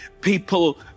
people